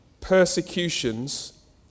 persecutions